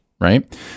Right